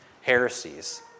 heresies